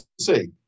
see